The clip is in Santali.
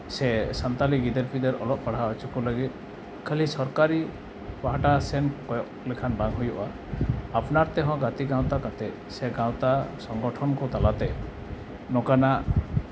ᱥᱮ ᱥᱟᱱᱛᱟᱲᱤ ᱜᱤᱫᱟᱹᱨᱼᱯᱤᱫᱟᱹᱨ ᱚᱞᱚᱜ ᱯᱟᱲᱦᱟᱣ ᱦᱚᱪᱚ ᱠᱚ ᱞᱟᱹᱜᱤᱫ ᱠᱷᱟᱹᱞᱤ ᱥᱚᱨᱠᱟᱨᱤ ᱯᱟᱦᱴᱟ ᱥᱮᱱ ᱠᱚᱭᱚᱜ ᱞᱮᱠᱷᱟᱱ ᱵᱟᱝ ᱦᱩᱭᱩᱜᱼᱟ ᱟᱯᱱᱟᱨ ᱛᱮᱦᱚᱸ ᱜᱟᱛᱮ ᱜᱟᱶᱛᱟ ᱠᱟᱛᱮᱫ ᱥᱮ ᱜᱟᱶᱛᱟ ᱥᱚᱝᱜᱚᱴᱷᱚᱱ ᱠᱚ ᱛᱟᱞᱟ ᱛᱮ ᱱᱚᱝᱠᱟᱱᱟᱜ